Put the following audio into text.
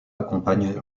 accompagne